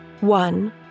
One